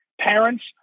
parents